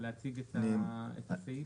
הצבעה סעיף 85(37) אושר מי בעד סעיף 38?